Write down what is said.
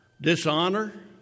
Dishonor